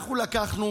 אנחנו לקחנו